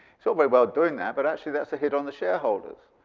so very well doing that, but actually that's a hit on the shareholders.